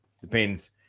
depends